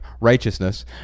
righteousness